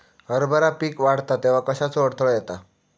हरभरा पीक वाढता तेव्हा कश्याचो अडथलो येता?